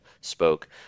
spoke